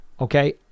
Okay